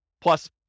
plus